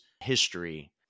history